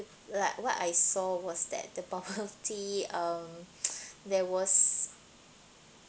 like what I saw was that the bubble tea um there was